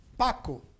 Paco